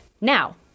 Now